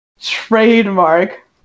trademark